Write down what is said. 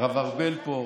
הרב ארבל פה,